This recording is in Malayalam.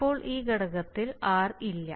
ഇപ്പോൾ ഈ ഘടകത്തിൽ r ഇല്ല